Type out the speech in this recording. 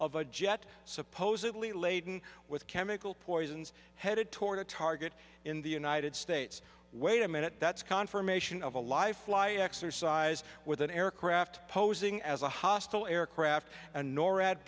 of a jet supposedly laden with chemical poisons headed toward a target in the united states wait a minute that's confirmation of a lifeline exercise with an aircraft posing as a hostile aircraft and norad